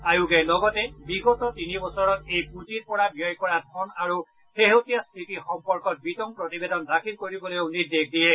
আয়োগে লগতে বিগত তিনি বছৰত এই পুঁজিৰ পৰা ব্যয় কৰা ধন আৰু শেহতীয়া স্থিতিৰ সম্পৰ্কত বিতং প্ৰতিবেদন দাখিল কৰিবলৈও নিৰ্দেশ দিছে